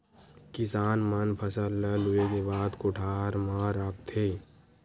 किसान मन फसल ल लूए के बाद कोठर म राखथे